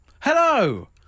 Hello